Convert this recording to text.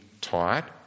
taught